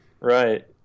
Right